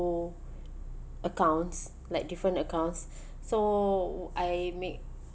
accounts like different accounts so I make